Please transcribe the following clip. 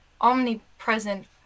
omnipresent